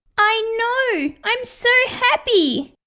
i know! i'm so happy!